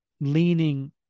leaning